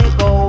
go